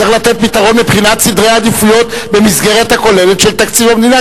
צריך לתת פתרון מבחינת סדרי עדיפויות במסגרת הכוללת של תקציב המדינה,